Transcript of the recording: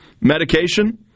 medication